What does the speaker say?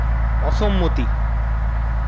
অসম্মতি